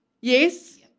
Yes